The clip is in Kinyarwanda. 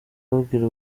babwira